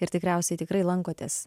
ir tikriausiai tikrai lankotės